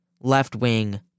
left-wing